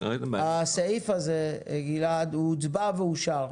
הסעיף הזה גלעד הוא הוצבע ואושר,